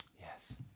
Yes